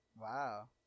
Wow